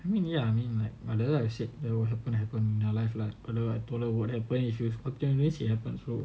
I mean ya I mean like whatever I said that will happen happen in life lah although I told her what would happen if with optimist it happen flow